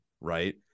right